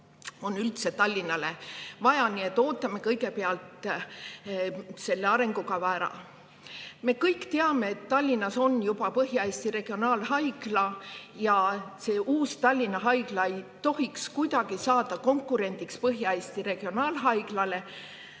on üldse Tallinnale vaja. Nii et ootame kõigepealt selle arengukava ära. Me kõik teame, et Tallinnas on juba Põhja-Eesti Regionaalhaigla, ja Tallinna Haigla ei tohiks kuidagi saada konkurendiks Põhja-Eesti Regionaalhaiglale.